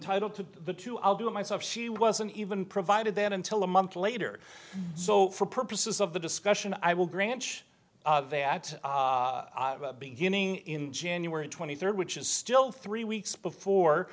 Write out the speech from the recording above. entitled to the two i'll do it myself she wasn't even provided then until a month later so for purposes of the discussion i will grant that beginning in january twenty third which is still three weeks before